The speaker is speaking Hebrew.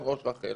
אין ראש רח"ל.